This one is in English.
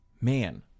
man